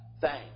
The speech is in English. thanks